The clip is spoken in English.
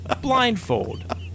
Blindfold